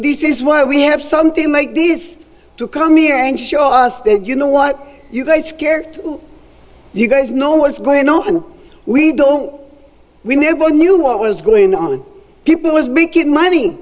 is why we have something like this to come here and show us that you know what you got scared you guys know what's going on we don't we never knew what was going on people was making money